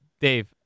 Dave